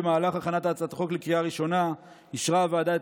במהלך הכנת הצעת החוק לקריאה ראשונה אישרה הוועדה את